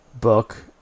book